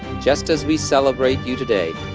just as we celebrate you today,